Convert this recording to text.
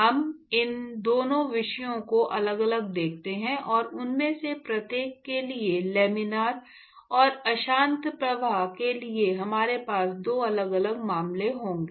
हम इन दोनों विषयों को अलग अलग देखते हैं और उनमें से प्रत्येक के लिए लामिना और अशांत प्रवाह के लिए हमारे पास दो अलग अलग मामले होंगे